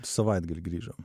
savaitgalį grįžom